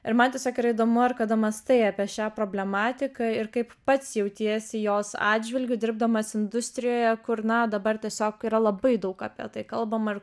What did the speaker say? ir man tiesiog yra įdomu ar kada mąstai apie šią problematiką ir kaip pats jautiesi jos atžvilgiu dirbdamas industrijoje kur na dabar tiesiog yra labai daug apie tai kalbama ir